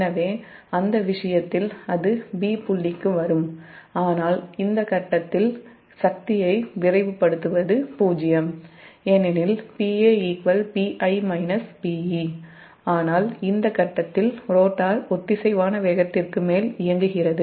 எனவே அந்த விஷயத்தில் அது 'b' புள்ளிக்கு வரும் ஆனால் இந்த கட்டத்தில் சக்தியை விரைவுபடுத்துவது '0' ஏனெனில் PaPi-Peஆனால் இந்த கட்டத்தில் ரோட்டார் ஒத்திசைவான வேகத்திற்கு மேல் இயங்குகிறது